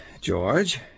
George